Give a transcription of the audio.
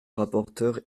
rapporteur